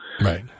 Right